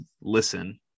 Listen